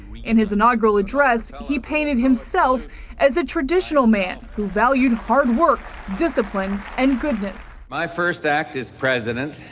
in his inaugural address, he painted himself as a traditional man, who valued hard work, discipline, and goodness. my first act as president